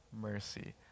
mercy